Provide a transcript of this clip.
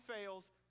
fails